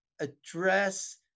address